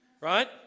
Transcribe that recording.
right